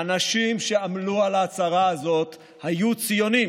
האנשים שעמלו על ההצהרה הזאת היו ציונים,